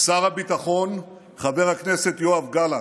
שר הביטחון, חבר הכנסת יואב גלנט,